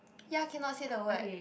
ya cannot say the word